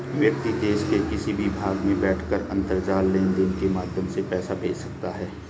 व्यक्ति देश के किसी भी भाग में बैठकर अंतरजाल लेनदेन के माध्यम से पैसा भेज सकता है